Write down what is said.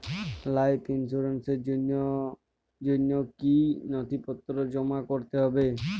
Life ইন্সুরেন্সর জন্য জন্য কি কি নথিপত্র জমা করতে হবে?